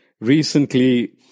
recently